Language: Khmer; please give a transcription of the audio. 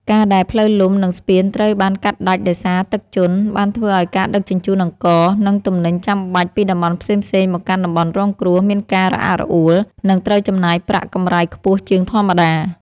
ការដែលផ្លូវលំ និងស្ពានត្រូវបានកាត់ដាច់ដោយសារទឹកជន់ បានធ្វើឱ្យការដឹកជញ្ជូនអង្ករ និងទំនិញចាំបាច់ពីតំបន់ផ្សេងៗមកកាន់តំបន់រងគ្រោះមានការរអាក់រអួល និងត្រូវចំណាយប្រាក់កម្រៃខ្ពស់ជាងធម្មតា។